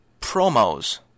promos